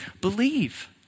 believe